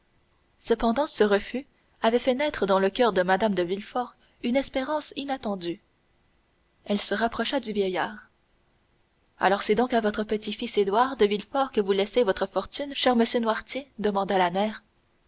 cependant ce refus avait fait naître dans le coeur de mme de villefort une espérance inattendue elle se rapprocha du vieillard alors c'est donc à votre petit-fils édouard de villefort que vous laissez votre fortune cher monsieur noirtier demanda la mère